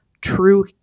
true